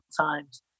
times